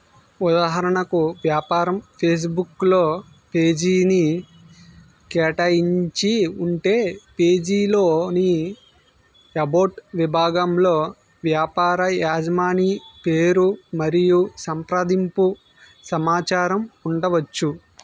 ఉదాహరణకు వ్యాపారం ఫేస్బుక్ లో పేజీ ని కేటాయించి ఉంటే పేజీ లోని ఎబౌట్ విభాగంలో వ్యాపార యాజమాని పేరు మరియు సంప్రదింపు సమాచారం ఉండవచ్చు